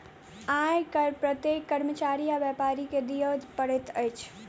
आय कर प्रत्येक कर्मचारी आ व्यापारी के दिअ पड़ैत अछि